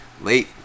late